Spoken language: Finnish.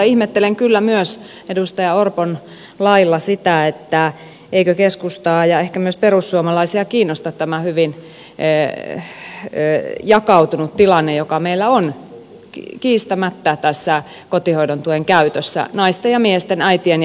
ihmettelen kyllä myös edustaja orpon lailla sitä eikö keskustaa ja ehkä myös perussuomalaisia kiinnosta tämä hyvin jakautunut tilanne joka meillä on kiistämättä tässä kotihoidon tuen käytössä naisten ja miesten äitien ja isien välillä